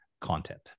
content